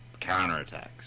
counterattacks